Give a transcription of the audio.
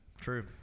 True